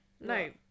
No